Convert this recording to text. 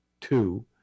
two